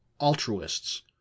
altruists